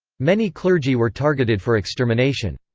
many clergy were targeted for extermination.